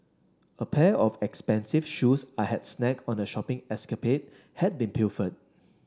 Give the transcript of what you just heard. a pair of expensive shoes I had snagged on a shopping escapade had been pilfered